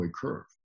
curve